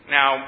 Now